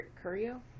Curio